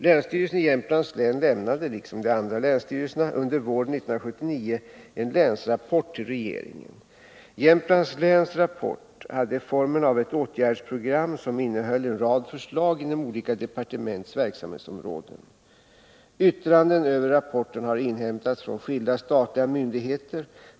Länsstyrelsen i Jämtlands län lämnade — liksom de andra länsstyrelserna — under våren 1979 en länsrapport till regeringen. Jämtlands läns rapport hade formen av ett åtgärdsprogram som innehöll en rad förslag inom olika departements verksamhetsområden. Yttranden över rapporten har inhämtats från skilda statliga myndigheter.